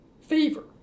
fever